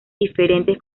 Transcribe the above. diferentes